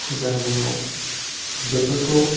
फुजा होनायाव बेफोरखौ